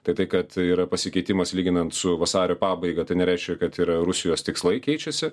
tai tai kad yra pasikeitimas lyginant su vasario pabaiga tai nereiškia kad yra rusijos tikslai keičiasi